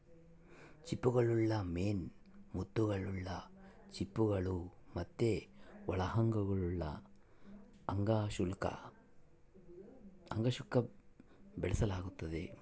ಸಿಂಪಿಗುಳ್ನ ಮೇನ್ ಮುತ್ತುಗುಳು, ಚಿಪ್ಪುಗುಳು ಮತ್ತೆ ಒಳ ಅಂಗಗುಳು ಅಂಗಾಂಶುಕ್ಕ ಬೆಳೆಸಲಾಗ್ತತೆ